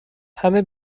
همه